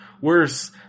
Worse